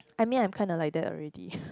I mean I'm kinda like that already